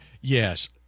Yes